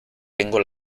tengo